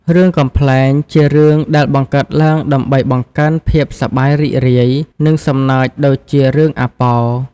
រឿងកំប្លែង ជារឿងដែលបង្កើតឡើងដើម្បីបង្កើន ភាពសប្បាយរីករាយ និងសំណើចដូចជា រឿងអាប៉ោ។